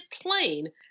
plain